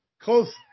Close